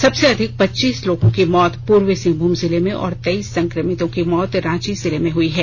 सबसे अधिक पच्चीस लोगों की मौत पूर्वी सिंहभूम जिले में और तेईस संक्रमितों की मौत रांची जिले में हुई है